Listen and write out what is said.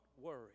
worry